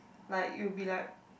like you be like